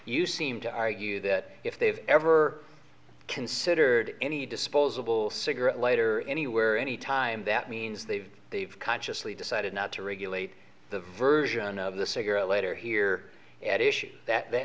you seem to argue that if they've ever considered any disposable cigarette lighter anywhere any time that means they've they've consciously decided not to regulate the version of the cigarette lighter here at issues that th